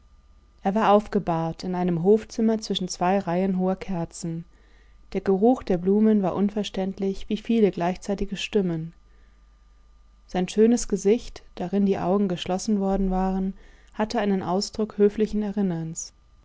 er war aufgebahrt in einem hofzimmer zwischen zwei reihen hoher kerzen der geruch der blumen war unverständlich wie viele gleichzeitige stimmen sein schönes gesicht darin die augen geschlossen worden waren hatte einen ausdruck höflichen erinnerns